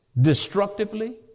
destructively